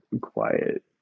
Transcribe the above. quiet